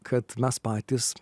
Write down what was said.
kad mes patys